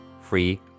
free